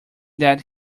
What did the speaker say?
that